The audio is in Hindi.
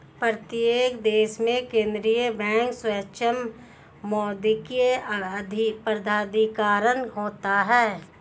प्रत्येक देश में केंद्रीय बैंक सर्वोच्च मौद्रिक प्राधिकरण होता है